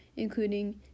including